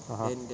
(uh huh)